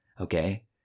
okay